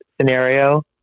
scenario